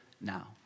now